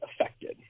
affected